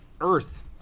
Earth